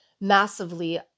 massively